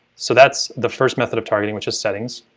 so that's the first method of targeting which is settings.